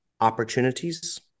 opportunities